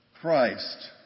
Christ